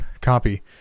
copy